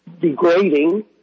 degrading